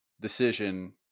decision